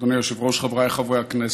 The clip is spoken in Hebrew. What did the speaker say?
אדוני היושב-ראש, חבריי חברי הכנסת,